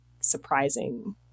surprising